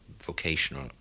vocational